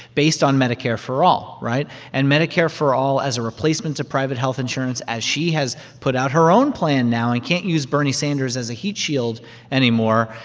based on medicare for all, right? and medicare for all as a replacement to private health insurance as she has put out her own plan now and can't use bernie sanders as a heat shield anymore.